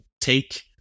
take